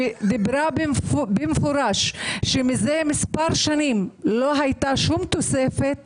שאמרה במפורש שמזה מספר שנים לא הייתה שום תוספת